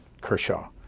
Kershaw